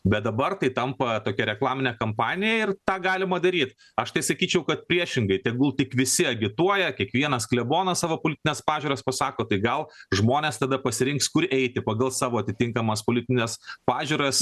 bet dabar tai tampa tokia reklaminė kampanija ir tą galima daryt aš tai sakyčiau kad priešingai tegul tik visi agituoja kiekvienas klebonas savo politines pažiūras pasako tai gal žmonės tada pasirinks kur eiti pagal savo atitinkamas politines pažiūras